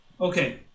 Okay